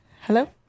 Hello